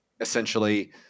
essentially